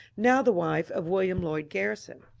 now the wife of william lloyd garrison,